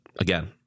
again